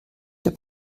der